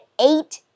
eight